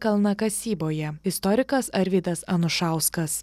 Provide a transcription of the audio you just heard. kalnakasyboje istorikas arvydas anušauskas